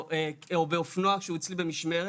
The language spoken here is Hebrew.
או באופנוע כשהוא אצלי במשמרת.